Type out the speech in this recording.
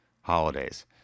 holidays